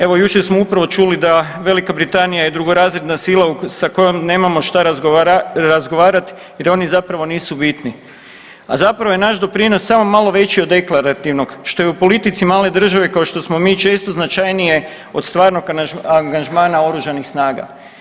Evo, jučer smo upravo čuli da Velika Britanija je drugorazredna sila sa kojom nemamo što razgovarati jer oni zapravo nisu bitni, a zapravo je naš doprinos samo malo veći od deklarativnog, što je u politici male države kao što smo mi, često značajnije od stvarnog angažmana oružanih snaga.